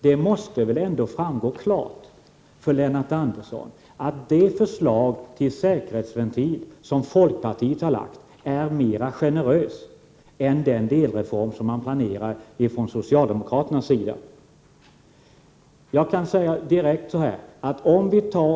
Det måste väl framgå klart för Lennart Andersson att det förslag till säkerhetsventil som folkpartiet har lagt fram är mera generöst än den delreform som socialdemokraterna planerar.